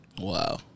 Wow